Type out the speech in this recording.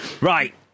Right